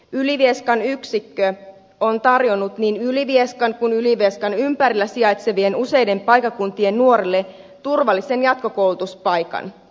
ylivieskan yksikkö on tarjonnut niin ylivieskan kuin myös ylivieskan ympärillä sijaitsevien useiden paikkakuntien nuorille turvallisen jatkokoulutuspaikan